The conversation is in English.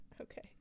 Okay